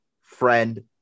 friend